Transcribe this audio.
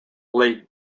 late